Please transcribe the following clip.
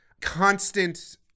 constant